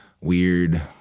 weird